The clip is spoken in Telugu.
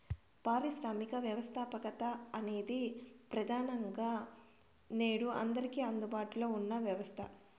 పారిశ్రామిక వ్యవస్థాపకత అనేది ప్రెదానంగా నేడు అందరికీ అందుబాటులో ఉన్న వ్యవస్థ